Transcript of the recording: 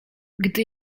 gdy